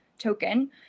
token